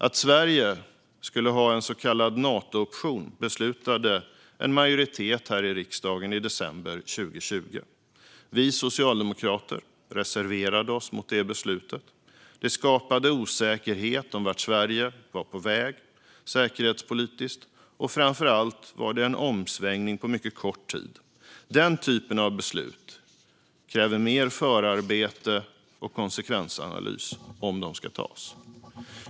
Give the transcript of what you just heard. Att Sverige skulle ha en så kallad Natooption beslutade en majoritet här i riksdagen i december 2020. Vi socialdemokrater reserverade oss mot det beslutet då vi ansåg att det skapade osäkerhet om vart Sverige var på väg säkerhetspolitiskt och, framför allt, innebar en omsvängning på mycket kort tid. Den typen av beslut kräver mer förarbete och konsekvensanalys.